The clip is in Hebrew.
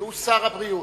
שהוא שר הבריאות.